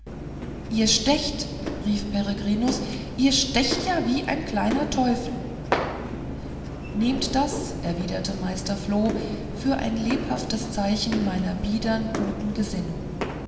ihr stecht rief peregrinus ihr stecht ja wie ein kleiner teufel nehmt das erwiderte meister floh für ein lebhaftes zeichen meiner biedern guten gesinnung